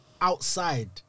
outside